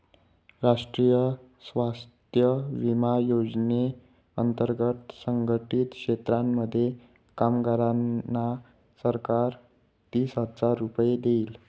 राष्ट्रीय स्वास्थ्य विमा योजने अंतर्गत असंघटित क्षेत्रांमधल्या कामगारांना सरकार तीस हजार रुपये देईल